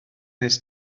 nes